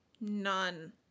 None